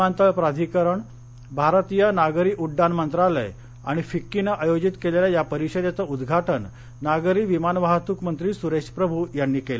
विमानतळ प्राधिकरण भारतीय नागरी उड्डाण मंत्रालय आणि फिक्कीनं आयोजित केलेल्या या परीषदेचं उद्घाटन नागरी विमान वाहतूक मंत्री सुरेश प्रभू यांनी केलं